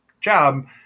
job